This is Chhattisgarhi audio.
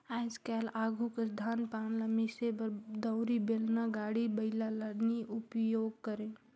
आएज काएल आघु कस धान पान ल मिसे बर दउंरी, बेलना, गाड़ी बइला ल नी उपियोग करे